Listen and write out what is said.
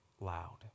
loud